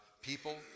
people